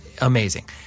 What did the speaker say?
amazing